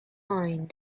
mind